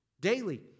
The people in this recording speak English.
daily